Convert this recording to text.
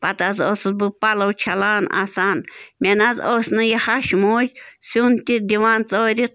پَتہٕ حظ ٲسٕس بہٕ پَلو چھَلان آسان مےٚ نَہ حظ ٲس نہٕ یہِ ہَش موج سیُن تہِ دِوان ژٲرِتھ